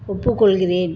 ஒப்புக்கொள்கிறேன்